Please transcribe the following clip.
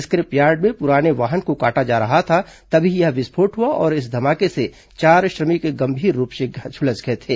square े प yard में पुराने वाहन को काटा जा रहा था तभी यह विस्फोट हुआ और इस धमाके से चार श्रमिक गंभीर रूप से झुलस गए थे